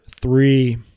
three